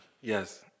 yes